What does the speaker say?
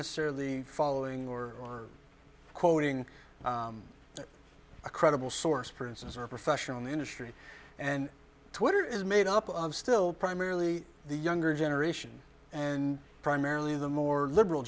necessarily following or quoting a credible source for instance or a professional in the industry and twitter is made up of still primarily the younger generation and primarily the more liberal